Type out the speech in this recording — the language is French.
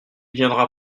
viendra